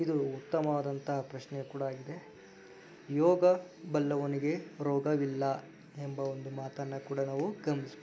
ಇದು ಉತ್ತಮವಾದಂತಹ ಪ್ರಶ್ನೆ ಕೂಡ ಆಗಿದೆ ಯೋಗ ಬಲ್ಲವನಿಗೆ ರೋಗವಿಲ್ಲ ಎಂಬ ಒಂದು ಮಾತನ್ನು ಕೂಡ ನಾವು ಗಮನಿಸಬಹುದು